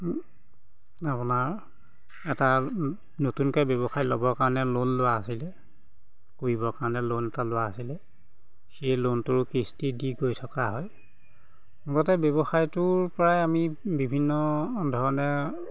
আপোনাৰ এটা নতুনকৈ ব্যৱসায় ল'বৰ কাৰণে লোন লোৱা আছিলে কৰিবৰ কাৰণে লোন এটা লোৱা আছিলে সেই লোনটোৰ কিস্তি দি কৰি থকা হয় মূলতে ব্যৱসায়টোৰপৰাই আমি বিভিন্ন ধৰণে